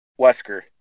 Wesker